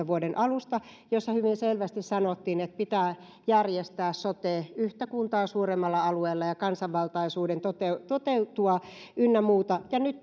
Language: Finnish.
vuoden kaksituhattaviisitoista alusta kun hyvin selvästi sanottiin että pitää järjestää sote yhtä kuntaa suuremmalla alueella ja kansanvaltaisuuden toteutua toteutua ynnä muuta ja nyt